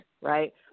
right